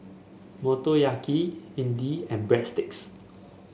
Motoyaki Idili and Breadsticks